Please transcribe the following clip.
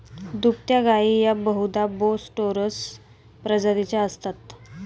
दुभत्या गायी या बहुधा बोस टोरस प्रजातीच्या असतात